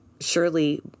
surely